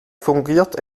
fungiert